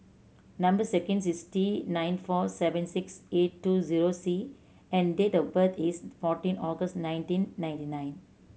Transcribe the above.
number sequence is T nine four seven six eight two zero C and date of birth is fourteen August nineteen ninety nine